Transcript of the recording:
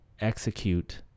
execute